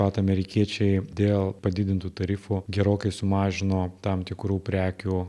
pat amerikiečiai dėl padidintų tarifų gerokai sumažino tam tikrų prekių